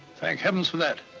thank heavens for that.